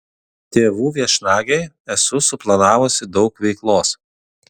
tėvų viešnagei esu suplanavusi daug veiklos